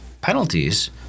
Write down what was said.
penalties